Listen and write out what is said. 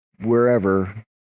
wherever